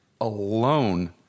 alone